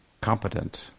competent